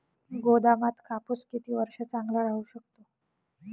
गोदामात कापूस किती वर्ष चांगला राहू शकतो?